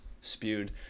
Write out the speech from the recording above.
spewed